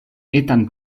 etan